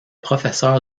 professeur